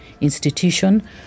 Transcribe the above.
institution